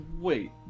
Wait